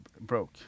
broke